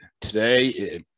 Today